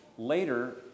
Later